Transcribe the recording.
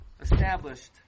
established